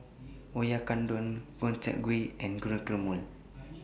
Oyakodon Gobchang Gui and Guacamole